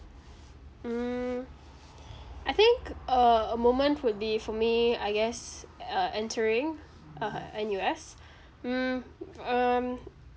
mm I think uh a moment would be for me I guess uh entering uh N_U_S mm um